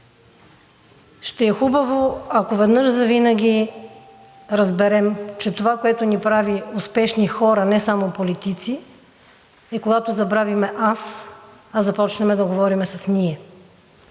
Ще е хубаво, ако веднъж завинаги разберем, че това, което ни прави успешни хора, не само политици, е когато забравим „аз“, а започнем да говорим с „ние“.